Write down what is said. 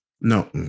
no